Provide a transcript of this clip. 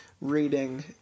Reading